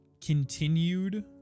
continued